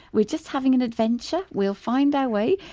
we're just having an adventure, we'll find our way,